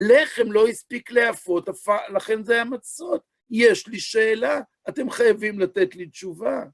לחם לא הספיק להאפות, לכן זה היה מצות. יש לי שאלה, אתם חייבים לתת לי תשובה.